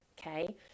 Okay